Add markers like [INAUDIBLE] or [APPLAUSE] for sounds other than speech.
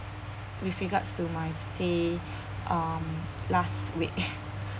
with regards to my stay um last week [LAUGHS]